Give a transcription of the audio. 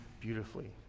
Beautifully